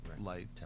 light